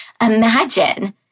imagine